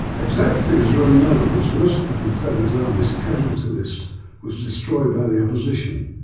exact figures are unknown as most of the confederate army's casualty list was destroyed by the opposition,